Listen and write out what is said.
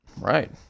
right